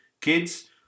kids